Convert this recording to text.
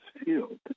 field